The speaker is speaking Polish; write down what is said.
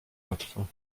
łatwo